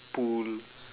pool